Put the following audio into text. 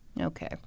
Okay